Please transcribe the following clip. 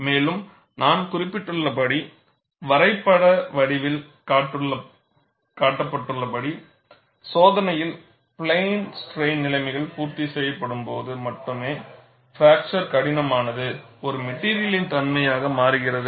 மேலும் நான் குறிப்பிட்டுள்ளபடி வரைபட வடிவில் காட்டப்பட்டுள்ளபடி சோதனையில் பிளேன் ஸ்ட்ரைன் நிலைமைகள் பூர்த்தி செய்யப்படும்போது மட்டுமே ஃபிராக்சர் கடினமானது ஒரு மெட்டிரியலின் தன்மையாக மாறுகிறது